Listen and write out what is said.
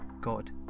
God